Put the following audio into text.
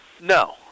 no